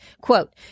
quote